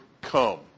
come